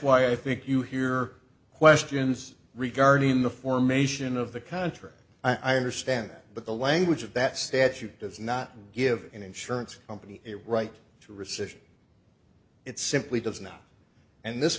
why i think you hear questions regarding the formation of the contract i understand but the language of that statute does not give an insurance company a right to rescission it simply does not and this